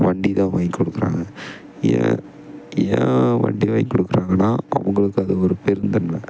வண்டி தான் வாங்கி கொடுக்குறாங்க ஏன் ஏன் வண்டி வாங்கி கொடுக்குறாங்கன்னா அவங்களுக்கு அது ஒரு பெருந்தன்மை